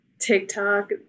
tiktok